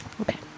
Okay